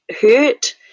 hurt